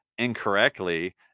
incorrectly